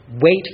wait